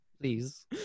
Please